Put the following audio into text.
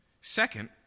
Second